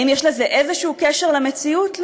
האם יש לזה איזשהו קשר למציאות?